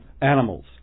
animals